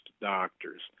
doctors